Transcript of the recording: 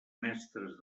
mestres